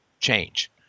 change